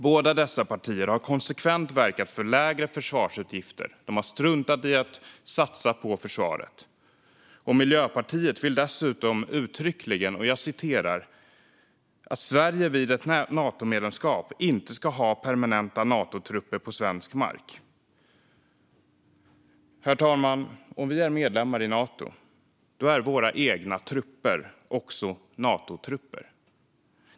Båda dessa partier har konsekvent verkat för lägre försvarsutgifter. De har struntat i att satsa på försvaret. Miljöpartiet vill dessutom uttryckligen "att Sverige vid ett Natomedlemskap inte ska ha permanenta Natotrupper på svensk mark". Om vi är medlemmar i Nato, herr talman, är våra egna trupper också Natotrupper.